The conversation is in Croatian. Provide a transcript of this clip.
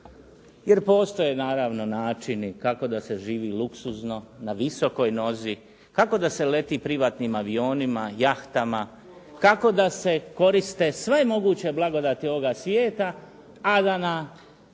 jer postoje naravno načini kako da se živi luksuzno na visokoj nozi, kako da se leti privatnim avionima, jahtama, kako da se koriste sve moguće blagodati ovoga svijeta a da u